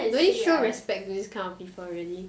will you show respect to this kind of people really